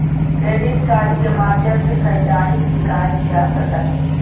credit card के माध्यम से खरीदारी भी कायल जा सकले हें